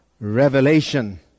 revelation